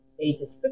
ages